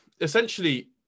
essentially